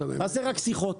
תעשה רק שיחות.